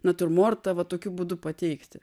natiurmortą va tokiu būdu pateikti